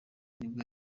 nibwo